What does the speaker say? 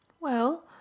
Well